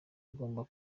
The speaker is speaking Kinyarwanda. agomba